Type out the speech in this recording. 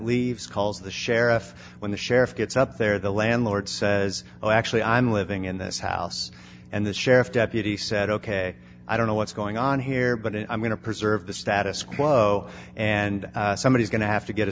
leaves calls the sheriff when the sheriff gets up there the landlord says well actually i'm living in this house and the sheriff deputy said ok i don't know what's going on here but i'm going to preserve the status quo and somebody's going to have to get a